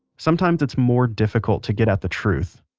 sometimes it's more difficult to get at the truth.